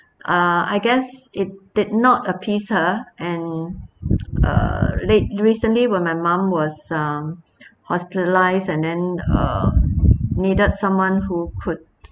err I guess it did not appease her and uh late recently when my mum was um hospitalised and then err needed someone who could